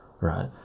right